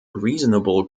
reasonable